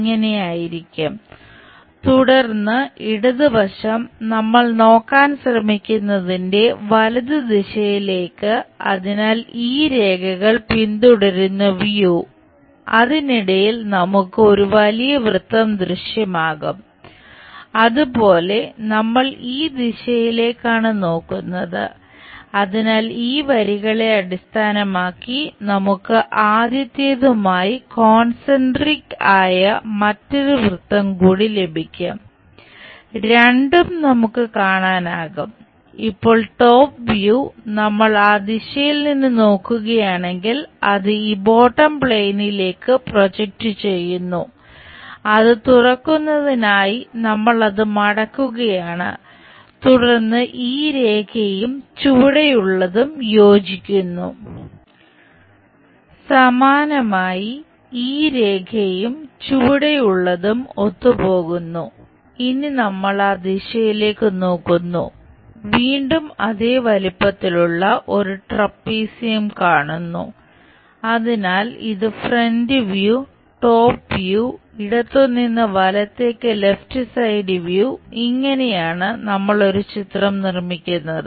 ഇങ്ങനെയാണ് നമ്മൾ ഒരു ചിത്രം നിർമിക്കുന്നത്